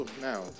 now